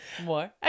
more